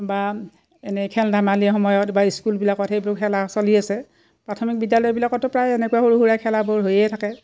বা এনে খেল ধেমালি সময়ত বা স্কুলবিলাকত সেইবোৰ খেলা চলি আছে প্ৰাথমিক বিদ্যালয়বিলাকতো প্ৰায় এনেকুৱা সৰু সুৰা খেলাবোৰ হৈয়ে থাকে